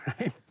right